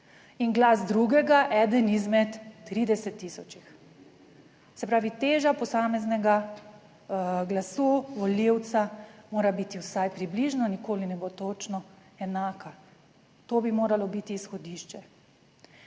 in glas drugega eden izmed 30 tisočih. Se pravi, teža posameznega glasu volivca mora biti vsaj približno, nikoli ne bo točno enaka. To bi moralo biti izhodišče.